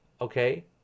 Okay